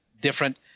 different